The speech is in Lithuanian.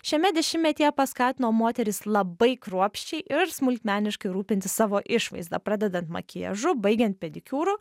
šiame dešimtmetyje paskatino moteris labai kruopščiai ir smulkmeniškai rūpintis savo išvaizda pradedant makiažu baigiant pedikiūru